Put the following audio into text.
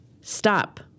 Stop